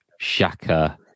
Shaka